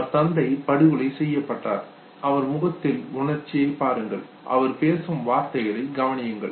அவர் தந்தை படுகொலை செய்யப்பட்டார் அவர் முகத்தில் உணர்ச்சியை பாருங்கள் அவர் பேசும் வார்த்தைகளை கவனியுங்கள்